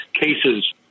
cases